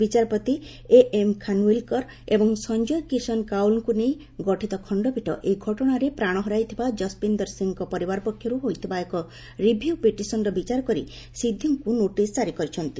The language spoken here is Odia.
ବିଚାରପତି ଏଏମ୍ଖାନ୍ୱିଲ୍କର ଏବଂ ସଂଜୟ କିଷନ କାଉଲ୍ଙ୍କୁ ନେଇ ଗଠିତ ଖଣ୍ଡପୀଠ ଏହି ଘଟଣାରେ ପ୍ରାଣହରାଇଥିବା ଯଶ୍ବୀନ୍ଦର ସିଂଙ୍କ ପରିବାର ପକ୍ଷରୁ ହୋଇଥିବା ଏକ ରିଭ୍ୟ ପିଟିସନ୍ର ବିଚାର କରି ସିଧୁଙ୍କୁ ନୋଟିସ୍ ଜାରି କରିଛନ୍ତି